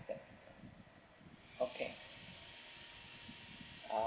okay oo